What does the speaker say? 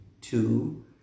two